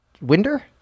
Winder